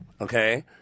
okay